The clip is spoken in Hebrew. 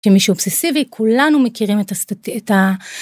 שמישהו אובססיבי כולנו מכירים את הסטטי את ה.